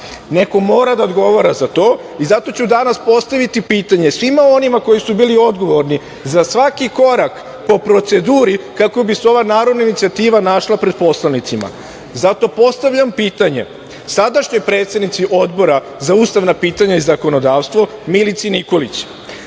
Neko mora da odgovara za to i zato ću danas postaviti pitanje svima onima koji su bili odgovorni za svaki korak po proceduri kako bi se ova narodna inicijativa našla pred poslanicima. Zato postavljam pitanje sadašnjoj predsednici Odbora za ustavna pitanja i zakonodavstvo Milici Nikolić